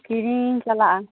ᱠᱤᱨᱤᱧ ᱤᱧ ᱪᱟᱞᱟᱜᱼᱟ